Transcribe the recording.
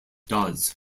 does